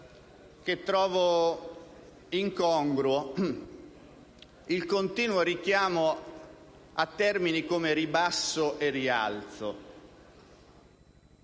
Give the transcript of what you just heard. trovo incongruo il continuo richiamo a termini come ribasso e rialzo,